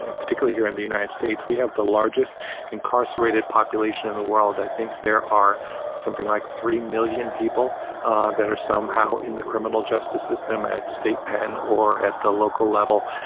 ah particularly here in the united states. we have the largest incarcerated population in the world. i think there are something like three million people that are somehow in the criminal justice system, at state pen or at the local level,